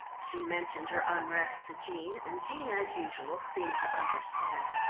she mentioned her unrest to jean, and jean as usual seemed to understand.